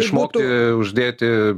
išmokti uždėti